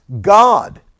God